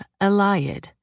Eliad